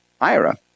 IRA